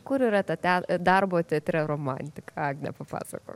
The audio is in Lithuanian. kur yra ta darbo teatre romantika agnė papasakok